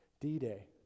D-Day